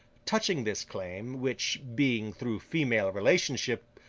touching this claim, which, being through female relationship,